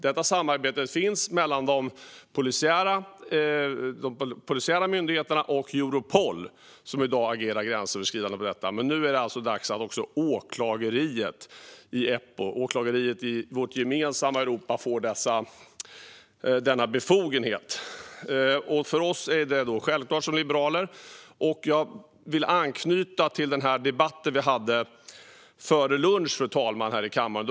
Detta samarbete finns mellan de polisiära myndigheterna och Europol som i dag agerar gränsöverskridande. Men nu är det alltså dags att också åklageriet i Eppo och i vårt gemensamma Europa får denna befogenhet. För oss liberaler är det självklart. Jag vill anknyta till debatten vi hade före lunch här i kammaren, fru talman.